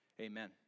Amen